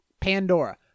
Pandora